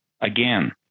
again